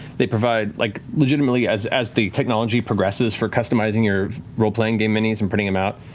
they provide like, legitimately, as as the technology progresses for customizing your role playing game minis and putting them out,